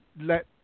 let